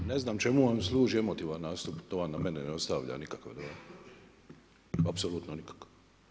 Ne znam čemu vam služi emotivan nastup, to vam na mene ne ostavlja nikakav dojam, apsolutno nikakav.